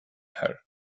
her